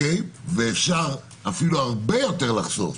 ואפשר אפילו הרבה יותר לחסוך,